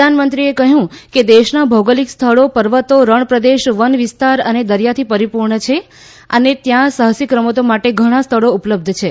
પ્રધાનમંત્રી કહ્યું કે દેશના ભૌગોલિક સ્થળો પર્વતો રણ પ્રદેશ વન વિસ્તાર અને દરિયાથી પરિપૂર્ણ છે અને ત્યાં સાહસિક રમતો માટે ઘણા સ્થળો ઉપલબ્ધ છે